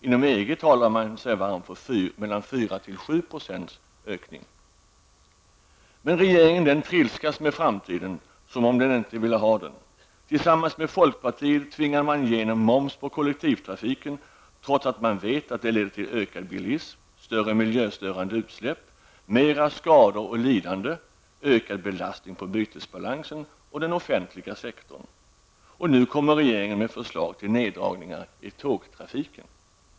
Inom EG talar man om mellan 4 och 7 % ökning om året. Men regeringen trilskas med framtiden som om man inte ville ha den. Tillsammans med folkpartiet tvingade man igenom moms på kollektivtrafiken, trots att man vet att det leder till ökad bilism, större miljöstörande utsläpp, mer skador och lidande samt ökad belastning på bytesbalansen och den offentliga sektorn. Nu kommer regeringen med förslag till neddragningar i tågtrafiken.